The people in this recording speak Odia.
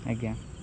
ଆଜ୍ଞା